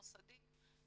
מוסדי,